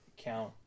count